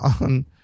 on